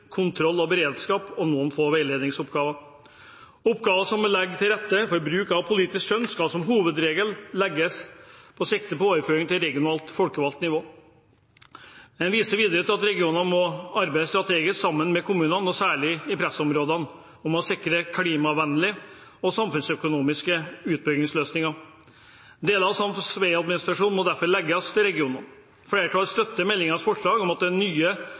kontroll og beredskap og noen få veiledningsoppgaver. Oppgaver hvor man legger til rette for bruk av politisk skjønn, skal som hovedregel overføres til regionalt folkevalgt nivå. Jeg viser videre til at de nye regionene må jobbe strategisk sammen med kommunene, særlig i pressområdene, om å sikre klimavennlige og samfunnsøkonomiske utbyggingsløsninger. Deler av sams veiadministrasjon må derfor legges til regionene. Flertallet støtter meldingens forslag om at de nye